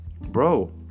bro